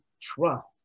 trust